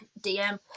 DM